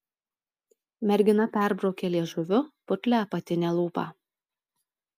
mergina perbraukė liežuviu putlią apatinę lūpą